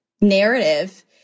narrative